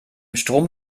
strom